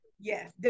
yes